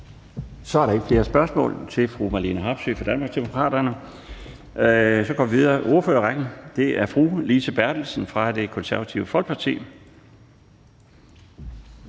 Så er der ikke flere spørgsmål til fru Marlene Harpsøe fra Danmarksdemokraterne. Så går vi videre i ordførerrækken til fru Lise Bertelsen fra Det Konservative Folkeparti.